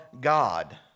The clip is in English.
God